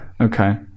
Okay